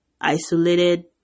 isolated